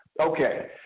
Okay